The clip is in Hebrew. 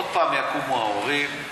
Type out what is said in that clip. עוד פעם יקומו ההורים,